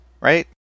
Right